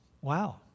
Wow